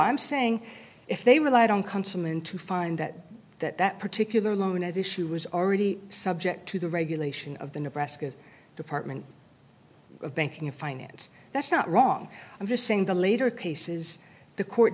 i'm saying if they relied on consignment to find that that particular loan at issue was already subject to the regulation of the nebraska department of banking and finance that's not wrong i'm just saying the later cases the court